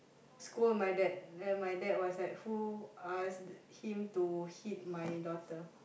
scold my dad then my dad was like who ask him to hit my daughter